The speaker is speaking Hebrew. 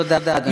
תודה, אדוני.